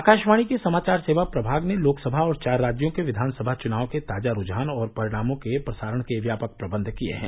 आकाशवाणी के समाचार सेवा प्रभाग ने लोकसभा और चार राज्यों के विधानसभा चुनाव के ताजा रूझान और परिणामों के प्रसारण के व्यापक प्रबंध किए हैं